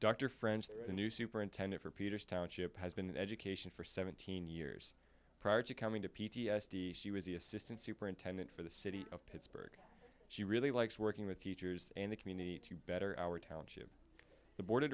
doctor friends a new superintendent for peters township has been in education for seventeen years prior to coming to p t s d she was the assistant superintendent for the city of pittsburgh she really likes working with teachers and the community to better our township the board of